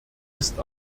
ist